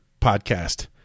podcast